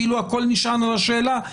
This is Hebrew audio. כאילו הכול נשען על השאלה.